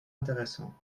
intéressant